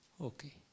Okay